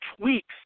tweaks